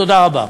תודה רבה.